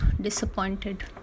disappointed